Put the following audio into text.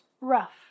rough